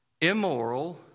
immoral